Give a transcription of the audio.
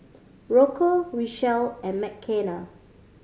Rocco Richelle and Mckenna